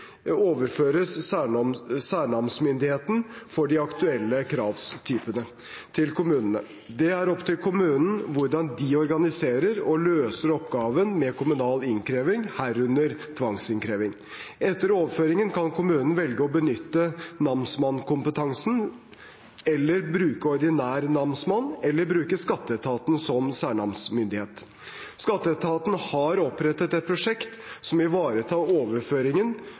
særnamsmyndigheten for de aktuelle kravtypene til kommunene. Det er opp til kommunene hvordan de organiserer og løser oppgaven med kommunal innkreving, herunder tvangsinnkreving. Etter overføringen kan kommunen velge å benytte særnamskompetansen, bruke ordinær namsmann eller bruke skatteetaten som særnamsmyndighet. Skatteetaten har opprettet et prosjekt som ivaretar overføringen